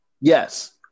Yes